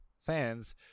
fans